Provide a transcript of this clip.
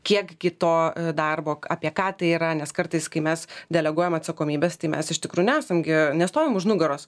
kiek kito darbo ką apie ką tai yra nes kartais kai mes deleguojam atsakomybes tai mes iš tikrųjų nesam gi nestovi už nugaros